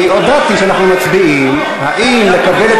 אני הודעתי שאנחנו מצביעים אם לקבל את